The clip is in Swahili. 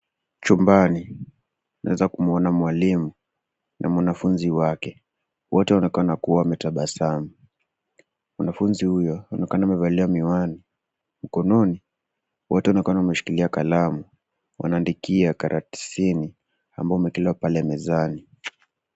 Chumbani, tunaweza kumuona mwalimu, na wanafunzi wake. Wote waonekana kuwa wametabasamu. Mwanafunzi huyo, anaonekana amevalia miwani, mkononi, wote waonekana wameshikilia kalamu, wanaandikia karatasini, ambao umeekelewa pale mezani.